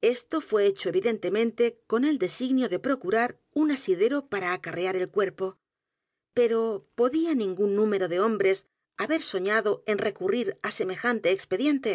esto fué hecho evidentemente con el designio edgar poe novelas y cuentos d e procurar un asidero para acarrear el cuerpo p e r o podía ningún número de hombres haber soñado en r e c u r r i r á semejante expediente